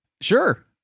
Sure